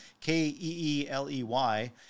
K-E-E-L-E-Y